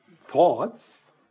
thoughts